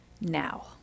now